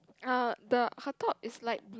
uh the her top is light blue